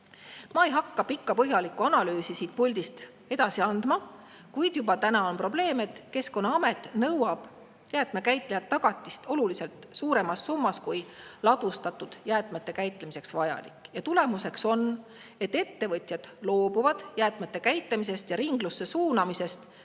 Ma ei hakka pikka põhjalikku analüüsi siit puldist edasi andma, kuid juba täna on probleem, et Keskkonnaamet nõuab jäätmekäitlejalt tagatist oluliselt suuremas summas, kui ladustatud jäätmete käitlemiseks vajalik. Tulemuseks on, et ettevõtjad loobuvad jäätmete käitlemisest ja ringlusse suunamisest,